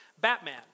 Batman